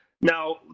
Now